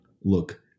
look